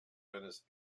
venice